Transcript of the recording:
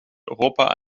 europa